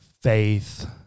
faith